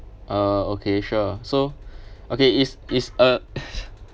uh okay sure so okay is is uh